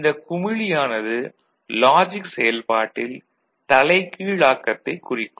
இந்த குமிழி யானது லாஜிக் செயல்பாட்டில் தலைகீழாக்கத்தைக் குறிக்கும்